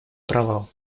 провал